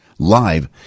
live